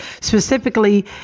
specifically